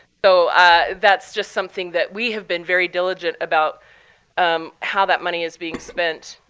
so that's just something that we have been very diligent about um how that money is being spent.